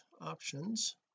options